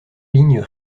lignes